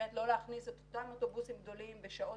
באמת לא להכניס את אותם אוטובוסים גדולים בשעות